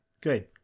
good